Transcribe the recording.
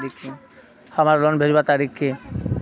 हमार लोन भेजुआ तारीख की?